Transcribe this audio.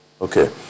Okay